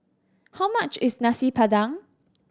how much is Nasi Padang